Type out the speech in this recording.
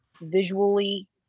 visually